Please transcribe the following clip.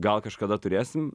gal kažkada turėsim